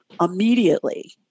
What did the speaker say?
immediately